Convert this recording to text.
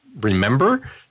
remember